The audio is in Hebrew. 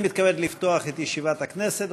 מתכבד לפתוח את ישיבת הכנסת.